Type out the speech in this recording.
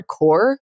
hardcore